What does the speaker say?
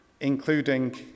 including